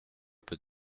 peu